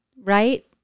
Right